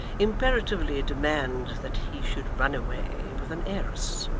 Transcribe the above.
imperatively demand that he should run away with an heiress